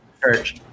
church